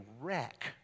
wreck